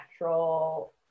natural